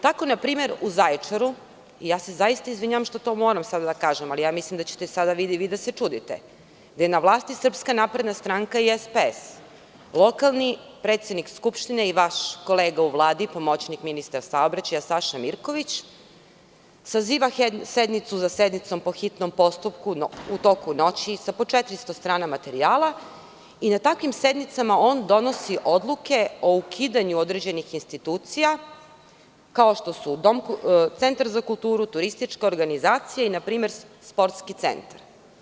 Tako, na primer, u Zaječaru, zaista se izvinjavam što to moram sada da kažem, ali mislim da ćete sada i vi da se čudite, gde je na vlasti Srpska napredna stranka i SPS, lokalni predsednik Skupštine i vaš kolega u Vladi, pomoćnik ministra saobraćaja Saša Mirković, saziva sednicu za sednicom po hitnom postupku u toku noći, sa po četiristo strana materijala i na takvim sednicama on donosi odluke o ukidanju određenih institucija, kao što su Centar za kulturu, turističke organizacije i npr. sportski centar.